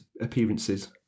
appearances